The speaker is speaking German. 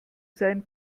sein